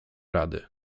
rady